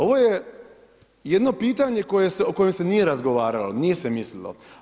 Ovo je jedno pitanje o kojem se nije razgovaralo, nije se mislilo.